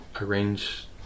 arrange